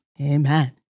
Amen